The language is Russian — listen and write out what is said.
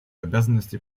обязанности